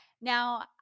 Now